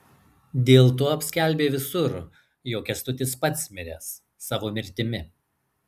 dėlto apskelbė visur jog kęstutis pats miręs savo mirtimi